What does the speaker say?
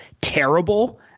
terrible